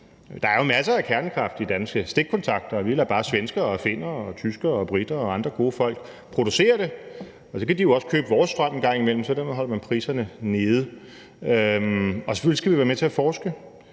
Der er jo masser af kernekraft i danske stikkontakter. Vi lader bare svenskere, finner, tyskere, briter og andre gode folk producere det. Så kan de jo også købe vores strøm en gang imellem, og så kan man holde priserne nede. Og selvfølgelig skal vi være med til at forske,